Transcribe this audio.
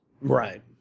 Right